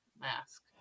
mask